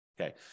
Okay